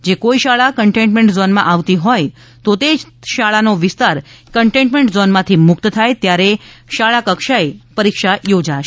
જે કોઈ શાળા કન્ટેનમેન્ટ ઝોનમાં આવતી હોય તો તે શાળાનો વિસ્તાર કન્ટેન્મેન્ટ ઝોનમાંથી મુક્ત થાય ત્યારે શાળા કક્ષાએ પુનઃ પરીક્ષા યોજાશે